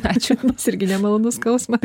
ačiū nes irgi nemalonus skausmas